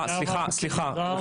אני